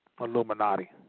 Illuminati